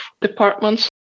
departments